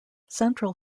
central